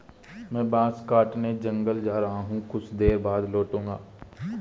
मैं बांस काटने जंगल जा रहा हूं, कुछ देर बाद लौटूंगा